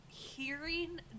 hearing